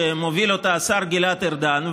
שמוביל השר גלעד ארדן.